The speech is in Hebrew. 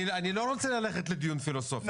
אני לא רוצה ללכת לדיון פילוסופי,